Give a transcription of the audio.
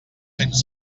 cents